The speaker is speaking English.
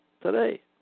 today